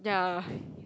ya